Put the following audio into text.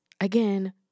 again